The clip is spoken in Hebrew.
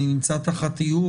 אני נמצא תחת איום,